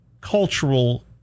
cultural